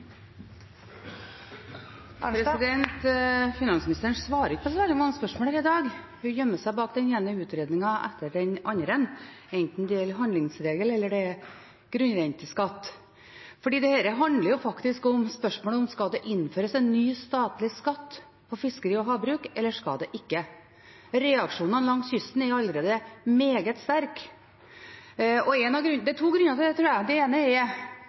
Finansministeren svarer ikke på særlig mange spørsmål her i dag. Hun gjemmer seg bak den ene utredningen etter den andre, enten det gjelder handlingsregel eller grunnrenteskatt. Dette handler om spørsmålet om det skal innføres en ny statlig skatt på fiskeri og havbruk eller ikke. Reaksjonene langs kysten er allerede meget sterke. Det er to grunner til det, tror jeg. Den ene er